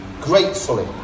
gratefully